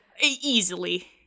Easily